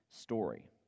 story